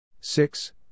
six